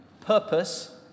purpose